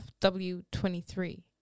FW23